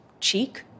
cheek